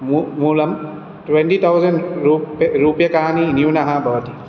मु मूलं twenty thousand रुप् रूप्यकानि न्यूनः भवति